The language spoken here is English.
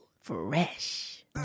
Fresh